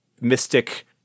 mystic